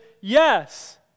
yes